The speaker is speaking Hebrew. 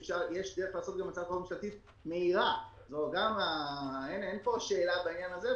יש גם דרך לעשות הצעת חוק ממשלתית מהירה - אין פה שאלה בעניין הזה.